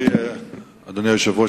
אדוני היושב-ראש,